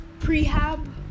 prehab